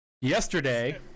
Yesterday